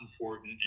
important